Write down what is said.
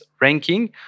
ranking